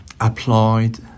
applied